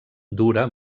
dura